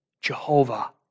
Jehovah